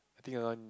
I think around